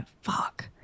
fuck